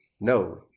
No